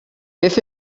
beth